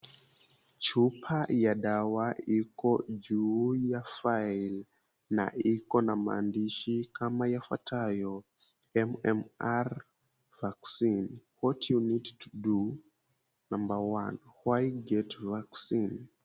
Chupa ya dawa iko juu ya faili na ina maandishi yafuatayo, "MMR Vaccine — What You Need to Do. Number One: Why Get Vaccine?"